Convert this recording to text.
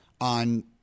on